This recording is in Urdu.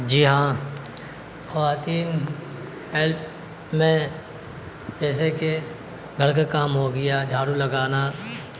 جی ہاں خواتین ہیلپ میں جیسے کہ گھر کا کام ہو گیا جھاڑو لگانا